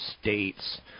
States